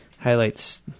highlights